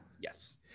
Yes